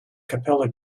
capella